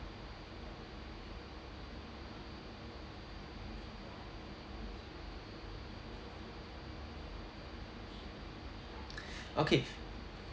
okay